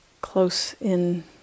close-in